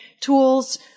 tools